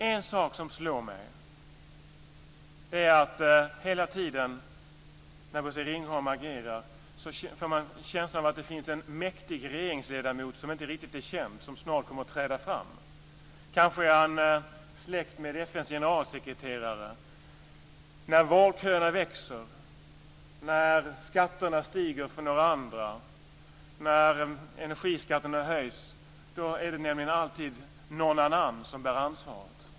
En sak som slår mig är att man hela tiden när Bosse Ringholm agerar får en känsla av att det finns en mäktig regeringsledamot som inte riktigt är känd och som snart kommer att träda fram - kanske är han släkt med FN:s generalsekreterare. När vårdköerna växer, när skatterna stiger för några andra och när energiskatterna höjs - då är det nämligen alltid "Någon Annan" som bär ansvaret.